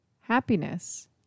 Happiness